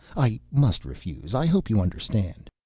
i must refuse. i hope you understand.